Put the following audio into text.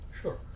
Sure